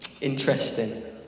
Interesting